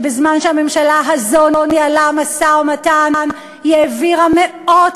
בזמן שהממשלה הזאת ניהלה משא-ומתן היא העבירה מאות